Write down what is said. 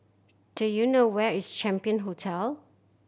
do you know where is Champion Hotel